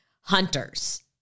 Hunters